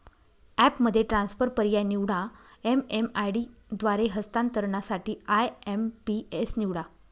ॲपमध्ये ट्रान्सफर पर्याय निवडा, एम.एम.आय.डी द्वारे हस्तांतरणासाठी आय.एम.पी.एस निवडा